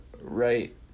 right